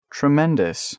Tremendous